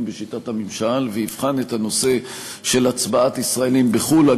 בשיטת הממשל ויבחן את הנושא של הצבעת ישראלים בחו"ל,